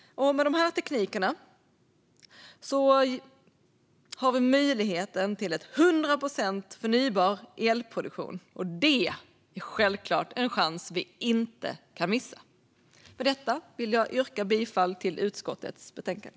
Med de teknikerna har vi möjligheten till 100 procent förnybar elproduktion. Det är självklart en chans vi inte kan missa. Med detta yrkar jag bifall till utskottets förslag i betänkandet.